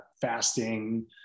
fasting